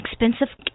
expensive